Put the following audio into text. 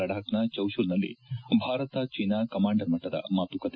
ಲಡಾಖ್ನ ಚೌಶುಲ್ನಲ್ಲಿ ಭಾರತ ಚೀನಾ ಕಮಾಂಡರ್ ಮಟ್ಟದ ಮಾತುಕತೆ